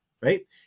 right